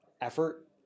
effort